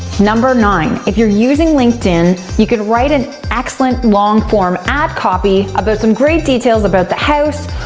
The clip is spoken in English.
number nine, if you're using linkedin, you can write an excellent long form ad copy about some great details about the house,